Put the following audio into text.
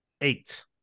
Eight